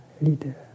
leader